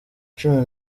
cumi